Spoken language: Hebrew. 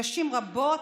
נשים רבות,